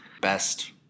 best